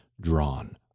drawn